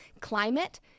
climate